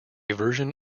version